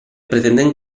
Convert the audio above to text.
pretendent